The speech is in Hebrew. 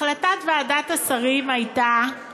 החלטת ועדת השרים הייתה,